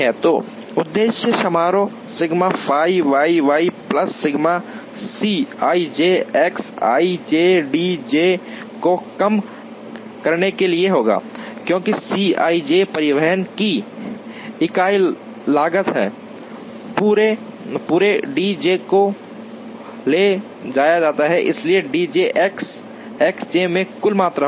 तो उद्देश्य समारोह sigma phi Y Y plus sigma C IJ X I J D J को कम करने के लिए होगा क्योंकि सी आईजे परिवहन की इकाई लागत है पूरे डी जे को ले जाया जाता है इसलिए डी जे एक्स एक्सजे में कुल मात्रा होगी